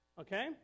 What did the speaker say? okay